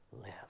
live